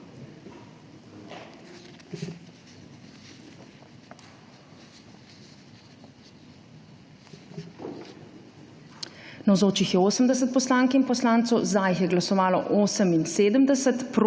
Navzočih je 80 poslank in poslancev, za je glasovalo 78,